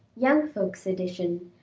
young folks' edition,